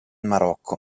marocco